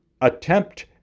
attempt